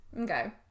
okay